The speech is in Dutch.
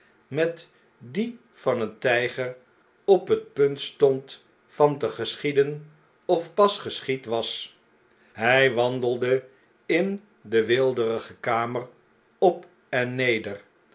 met die van een tgger op het punt stond van te geschieden of pas geschied was hij wandelde in de weelderige kamer op en neder